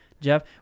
Jeff